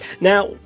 Now